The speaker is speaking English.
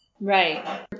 Right